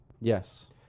Yes